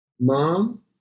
Mom